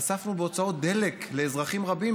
חסכנו בהוצאות דלק לאזרחים רבים,